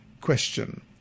Question